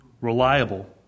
reliable